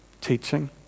teaching